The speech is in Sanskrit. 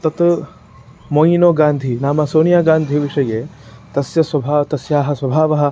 तत् मोयिनो गान्धि नाम सोनिया गान्धि विषये तस्याः स्वभावः तस्याः स्वभावः